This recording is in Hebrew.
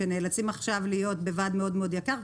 שנאלצים עכשיו להיות בוועד מאוד-מאוד יקר,